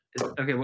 okay